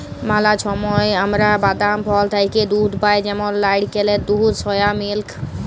ম্যালা সময় আমরা বাদাম, ফল থ্যাইকে দুহুদ পাই যেমল লাইড়কেলের দুহুদ, সয়া মিল্ক